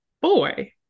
Boy